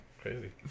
Crazy